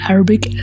Arabic